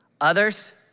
others